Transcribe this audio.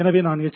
எனவே நான் எச்